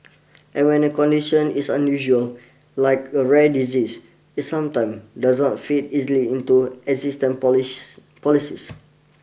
and when a condition is unusual like a rare disease it sometimes does not fit easily into existing policy policies